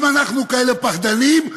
אם אנחנו כאלה פחדנים,